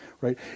right